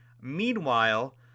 Meanwhile